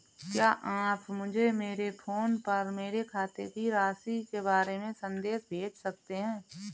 क्या आप मुझे मेरे फ़ोन पर मेरे खाते की शेष राशि के बारे में संदेश भेज सकते हैं?